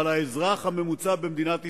אבל האזרח הממוצע במדינת ישראל,